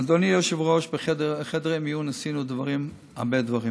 אדוני היושב-ראש, בחדרי מיון עשינו הרבה דברים.